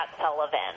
Sullivan